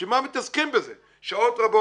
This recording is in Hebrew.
בשביל מה מתעסקים בזה שעות רבות,